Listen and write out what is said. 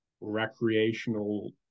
recreational